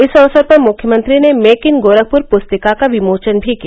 इस अवसर पर मुख्यमंत्री ने मेक इन गोरखपुर पुस्तिका का विमोचन भी किया